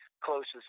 closest